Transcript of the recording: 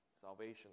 salvation